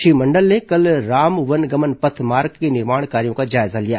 श्री मंडल ने कल राम वनगमन पथ मार्ग के निर्माण कार्यों का जायजा लिया